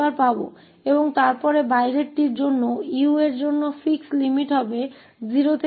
और फिर बाहरी के लिए u के लिए फिक्स सीमा 0 से ∞ होगी